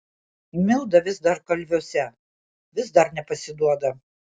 milda vis dar kalviuose vis dar nepasiduoda